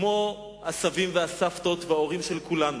כמו הסבים והסבתות וההורים של כולנו,